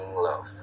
love